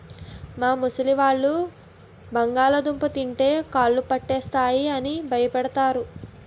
మా ముసలివాళ్ళు బంగాళదుంప తింటే మోకాళ్ళు పట్టేస్తాయి అని భయపడతారు